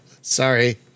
Sorry